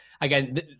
again